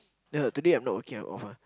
the today I'm not working I off wan